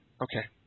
Okay